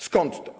Skąd to?